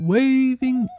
Waving